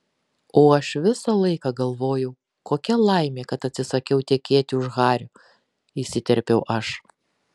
o aš visą laiką galvoju kokia laimė kad atsisakiau tekėti už hario įsiterpiau aš